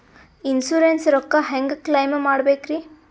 Insurance ರೊಕ್ಕ ಹೆಂಗ claim ಮಾಡ್ಬೇಕ್ರಿ?